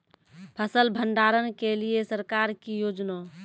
फसल भंडारण के लिए सरकार की योजना?